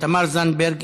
תמר זנדברג,